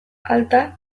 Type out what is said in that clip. alta